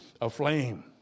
aflame